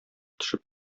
төшеп